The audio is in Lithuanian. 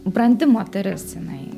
brandi moteris jinai